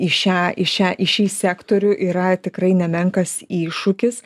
į šią į šią į šį sektorių yra tikrai nemenkas iššūkis